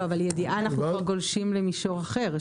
אבל ידיעה אנחנו כבר גולשים למישור אחר,